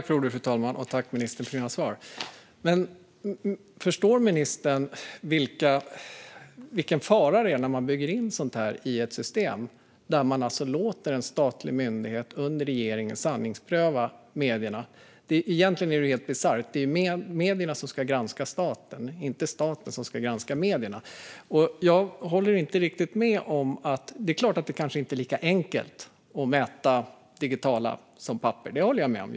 Fru talman! Jag tackar ministern för hennes svar. Men förstår ministern vilken fara det är när man bygger in sådant här i ett system, alltså att man låter en statlig myndighet under regeringen sanningspröva medierna? Egentligen är det helt bisarrt. Det är ju medierna som ska granska staten, inte staten som ska granska medierna. Det är klart att det kanske inte är lika enkelt att mäta digitala medier som pappersmedier. Det håller jag med om.